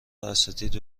اساتید